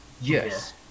Yes